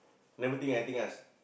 never think anything else